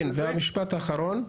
כן, והמשפט האחרון.